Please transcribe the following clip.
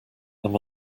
them